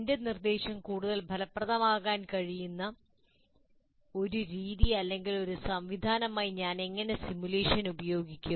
എന്റെ നിർദ്ദേശം കൂടുതൽ ഫലപ്രദമാക്കാൻ കഴിയുന്ന ഒരു രീതി അല്ലെങ്കിൽ ഒരു സംവിധാനമായി ഞാൻ എങ്ങനെ സിമുലേഷൻ ഉപയോഗിക്കും